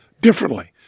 differently